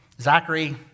Zachary